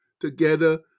together